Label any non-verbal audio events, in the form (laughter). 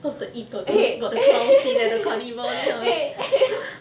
cause the it got the got the clown scene at the carnival then I was (laughs)